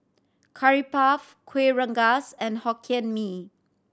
Curry Puff Kuih Rengas and Hokkien Mee